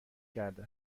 کرده